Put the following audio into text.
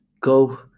go